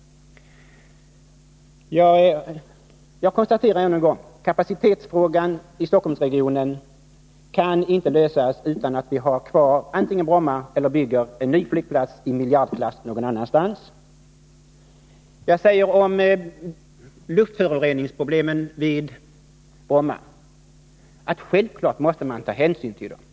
Jag konstaterar än en gång att kapacitetsfrågan när det gäller Stockholmsregionen inte kan lösas utan att vi antingen har kvar Bromma eller också någon annanstans bygger en ny flygplats i miljardklassen. När det gäller luftföroreningsproblemen i Bromma måste man självfallet ta hänsyn till dem.